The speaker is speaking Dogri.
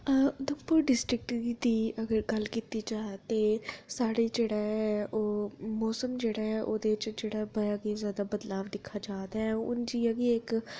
उधमपुर डिस्ट्रिक्ट दी अगर गल्ल कीती जा साढ़े जेह्ड़ा ऐ ओह् मौसम जेह्ड़ा ऐ ओह्दे च जेह्ड़ा बदलाव दिक्खेआ जा दा ऐ ओह् जि'यां की इक्क